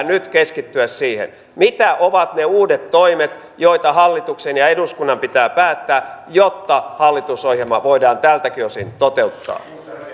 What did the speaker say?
nyt keskittyä siihen mitä ovat ne uudet toimet joita hallituksen ja eduskunnan pitää päättää jotta hallitusohjelma voidaan tältäkin osin toteuttaa